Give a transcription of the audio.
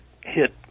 hit